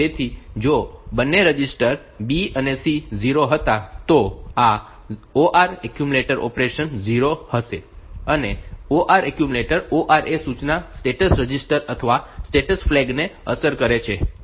તેથી જો બંને રજિસ્ટર B અને C 0 હતા તો આ OR એક્યુમ્યુલેટર ઑપરેશન 0 હશે અને OR એક્યુમ્યુલેટર ORA સૂચના સ્ટેટસ રજિસ્ટર અથવા સ્ટેટસ ફ્લેગ ને અસર કરે છે